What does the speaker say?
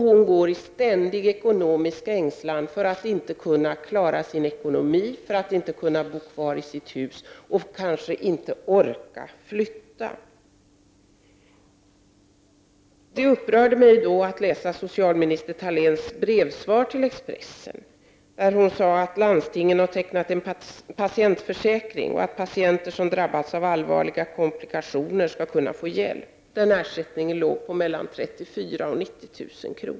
Hon går i ständig ängslan för att inte kunna klara sin ekonomi, inte kunna bo kvar i sitt hus och kanske inte orka flytta. Det upprörde mig att läsa socialminister Ingela Thaléns brevsvar till Expressen där hon sade att landstingen har tecknat en patientförsäkring och att patienter som har drabbats av allvarliga komplikationer skall kunna få hjälp. Den ersättningen låg på 34 000-90 000 kr.